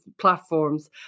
platforms